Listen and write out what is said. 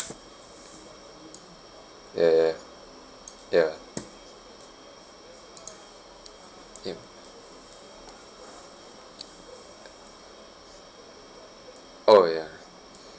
ya ya ya ya oh ya